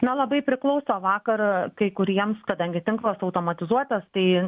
na labai priklauso vakar kai kuriems kadangi tinklas automatizuotas tai